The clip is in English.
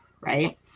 right